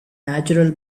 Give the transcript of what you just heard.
natural